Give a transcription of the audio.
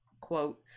quote